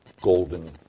golden